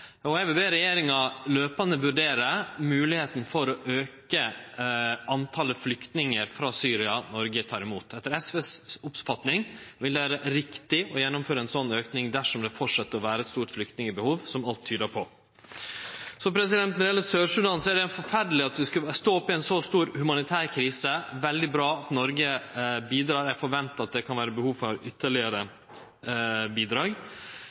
Eg vil be regjeringa jamleg vurdere moglegheita for å auke talet på flyktningar frå Syria som Noreg tek imot. Etter SV si oppfatning vil det vere riktig å gjennomføre ei slik auking dersom det fortset å vere eit stort behov for å ta imot flyktningar, som alt tyder på. Når det gjeld Sør-Sudan, er det forferdeleg at dei skal stå oppe i ein så stor humanitær krise. Det er veldig bra at Noreg bidreg. Eg forventar at det kan vere behov for ytterlegare bidrag,